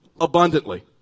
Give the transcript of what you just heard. Abundantly